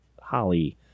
Holly